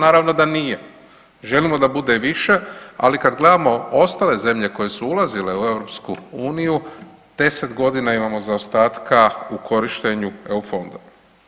Naravno da nije, želimo da bude više, ali kad gledamo ostale zemlje koje su ulazile u EU 10 godina imamo zaostatka u korištenju eu fondova.